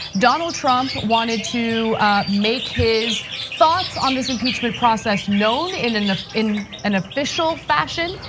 donald trump wanted to make his thoughts on this impeachment process known in an in an official fashion,